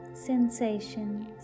sensations